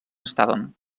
estàvem